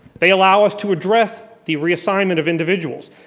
they allow us to address the reassignment of individuals.